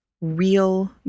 real